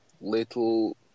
little